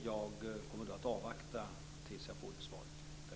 Jag kommer att avvakta tills jag får det svaret.